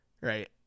Right